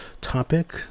topic